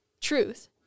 truth